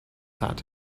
had